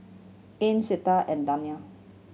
Ann Clytie and Dayna